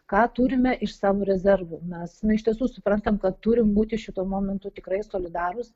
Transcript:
ką turime iš savo rezervų mes iš tiesų suprantam kad turim būti šituo momentu tikrai solidarūs